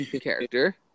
character